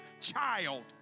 child